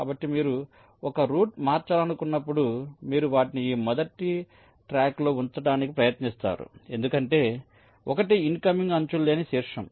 కాబట్టి మీరు 1 రూట్ మార్చాలనుకున్నప్పుడు మీరు వాటిని ఈ మొదటి ట్రాక్లో ఉంచడానికి ప్రయత్నిస్తారు ఎందుకంటే 1 ఇన్కమింగ్ అంచులు లేని శీర్షం